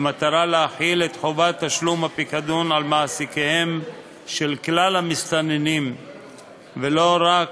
במטרה להחיל את חובת תשלום הפיקדון של כלל המסתננים ולא רק